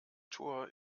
tor